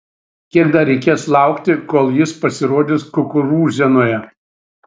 kiek dar reikės laukti kol jis pasirodys kukurūzienoje